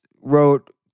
wrote